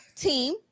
team